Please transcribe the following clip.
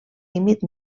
límit